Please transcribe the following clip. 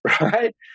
right